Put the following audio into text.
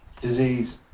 disease